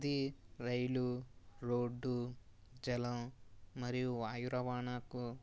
ఇది rail road జలం మరియు వాయు రవాణాకు